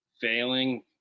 failing